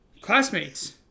classmates